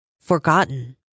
forgotten